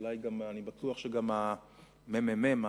אני בטוח שגם הממ"מ,